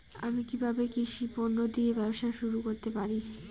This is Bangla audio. আমি কিভাবে কৃষি পণ্য দিয়ে ব্যবসা শুরু করতে পারি?